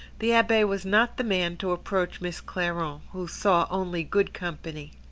the abbe was not the man to approach miss clairon, who saw only good company.